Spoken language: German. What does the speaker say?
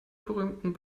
berühmten